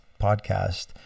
podcast